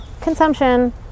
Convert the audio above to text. consumption